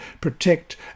protect